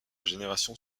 génération